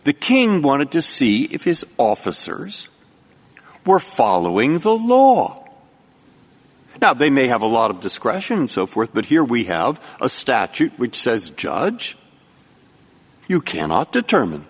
the king wanted to see if his officers were following the law now they may have a lot of discretion and so forth but here we have a statute which says judge you cannot determine